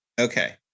Okay